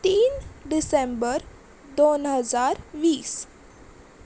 तीन डिसेंबर दोन हजार वीस